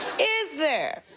is there?